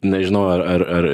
nežinau ar ar ar